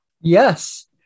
Yes